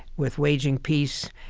with waging peace,